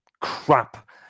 crap